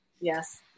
yes